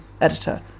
editor